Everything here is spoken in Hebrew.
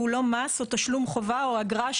הוא לא מס או תשלום חובה או אגרה,